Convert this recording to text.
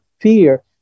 fear